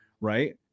Right